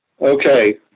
Okay